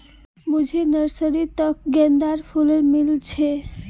मुझे नर्सरी त गेंदार फूल मिल छे